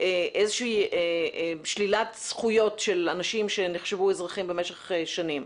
איזושהי שלילת זכויות של אנשים שנחשבו אזרחים במשך שנים.